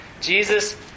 Jesus